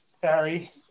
Barry